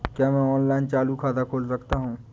क्या मैं ऑनलाइन चालू खाता खोल सकता हूँ?